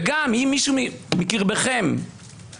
וגם אם מישהו מקרבכם חטא,